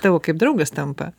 tavo kaip draugas tampa